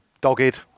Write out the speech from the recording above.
dogged